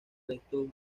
restos